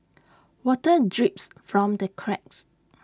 water drips from the cracks